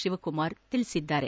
ಶಿವಕುಮಾರ್ ತಿಳಿಸಿದ್ದಾರೆ